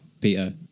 peter